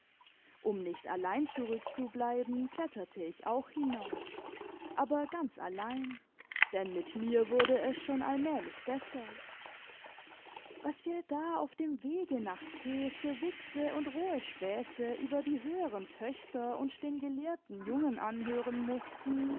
um nicht allein zurückzubleiben kletterte ich auch hinauf aber ganz allein denn mit mir wurde es schon allmählich besser was wir da auf dem wege nach t für witze und rohe spaße über die höheren töchter und den gelehrten jungen anhören mußten